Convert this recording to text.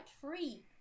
free